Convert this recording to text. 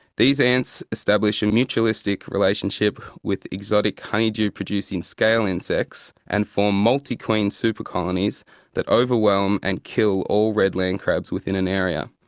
these ants establish a mutualistic relationship with exotic honeydew producing scale insects and form multi-queen super-colonies that overwhelm and kill all red land crabs within an area.